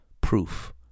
proof